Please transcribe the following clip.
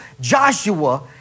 Joshua